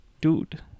dude